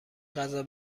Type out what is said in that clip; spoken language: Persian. غذا